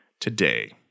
today